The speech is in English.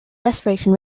respiration